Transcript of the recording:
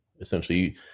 Essentially